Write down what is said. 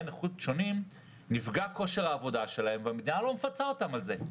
נכות שונים נפגע כושר העבודה שלהם והמדינה לא מפצה אותם על כך.